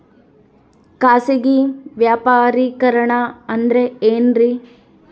ಖಾಸಗಿ ವ್ಯಾಪಾರಿಕರಣ ಅಂದರೆ ಏನ್ರಿ?